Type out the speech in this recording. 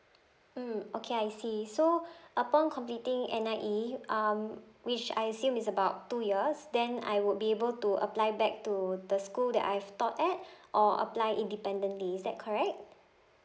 mm okay I see so upon completing N_I_E um which I assume is about two years then I would be able to apply back to the school that I've taught at or apply independently is that correct